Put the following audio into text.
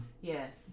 Yes